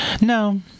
No